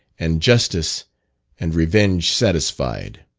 and justice and revenge satisfied.